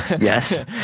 yes